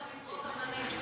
לזרוק אבנים.